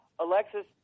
Alexis